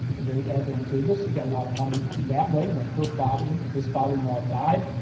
very advantageous, he got a lot of money that way when her father, his father-in-law, died.